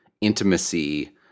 intimacy